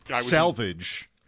salvage